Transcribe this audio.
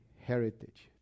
heritage